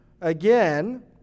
again